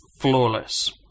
flawless